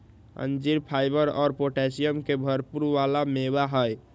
अंजीर फाइबर और पोटैशियम के भरपुर वाला मेवा हई